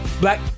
Black